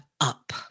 up